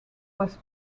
was